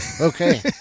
Okay